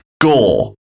Gore